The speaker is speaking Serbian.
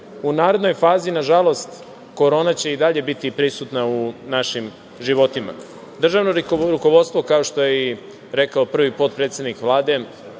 u narednoj fazi, nažalost, Korona će i dalje biti prisutna u našim životima. Državno rukovodstvo, kao što je i rekao prvi potpredsednik Vlade